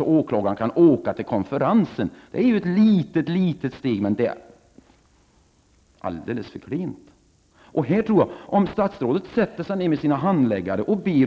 En åklagare måste ju kunna åka till en konferens. Det tas här ett litet steg, men det är alldeles för klent. Om statsrådet ber sina handläggare